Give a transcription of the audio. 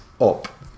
up